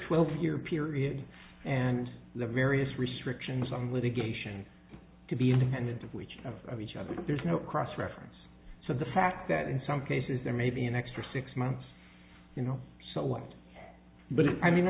twelve year period and the various restrictions on litigation to be independent of which of each other there's no cross reference so the fact that in some cases there may be an extra six months you know someone but i mean